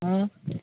હા